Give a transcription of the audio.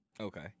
Okay